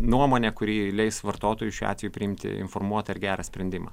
nuomonę kuri leis vartotojui šiuo atveju priimti informuotą ir gerą sprendimą